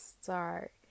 start